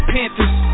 Panthers